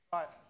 Right